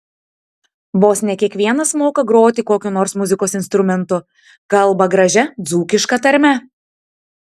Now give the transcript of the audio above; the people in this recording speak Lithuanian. vos ne kiekvienas moka groti kokiu nors muzikos instrumentu kalba gražia dzūkiška tarme